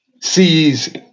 sees